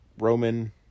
Roman